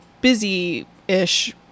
busy-ish